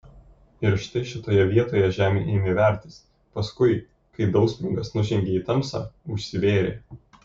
ir štai šitoje vietoj žemė ėmė vertis paskui kai dausprungas nužengė į tamsą užsivėrė